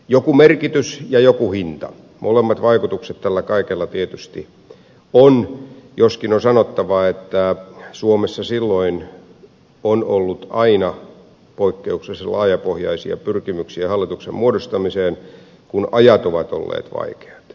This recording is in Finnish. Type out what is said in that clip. joku merkitys ja joku hinta molemmat vaikutukset tällä kaikella tietysti on joskin on sanottava että suomessa silloin on ollut aina poikkeuksellisen laajapohjaisia pyrkimyksiä hallituksen muodostamiseen kun ajat ovat olleet vaikeat